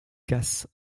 casse